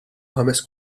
ħames